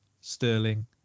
Sterling